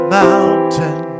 mountain